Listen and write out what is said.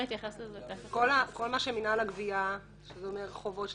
כל מה שמנהל הגבייה שזה אומר חובות של